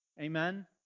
Amen